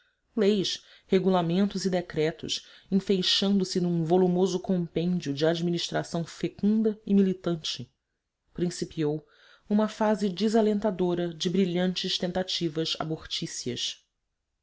leis regulamentos e decretos enfeixando se num volumoso compêndio de administração fecunda e militante principiou uma fase desalentadora de brilhantes tentativas abortícias